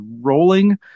rolling